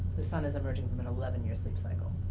the sun is emerging from an eleven years sleep cycle.